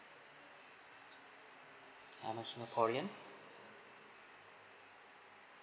I'm a singaporean